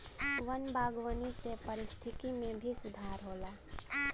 वन बागवानी से पारिस्थिकी में भी सुधार होला